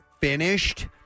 finished